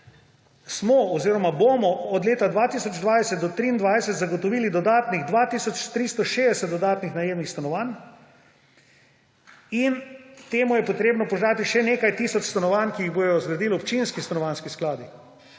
smo oziroma bomo od leta 2020 do 2023 zagotovili dodatnih 2 tisoč 360 dodatnih najemnih stanovanj. In temu je treba dodati še nekaj tisoč stanovanj, ki jih bodo zgradili občinski stanovanjski skladi.